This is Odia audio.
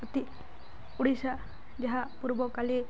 ଅତି ଓଡ଼ିଶା ଯାହା ପୂର୍ବକାଳେ